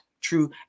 true